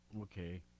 Okay